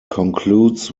concludes